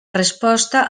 resposta